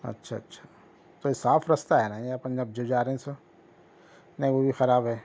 اچھا اچھا تو یہ صاف رستہ ہے نا یہ اپن اب جو جا رہے ہیں اس وقت نہیں وہ بھی خراب ہے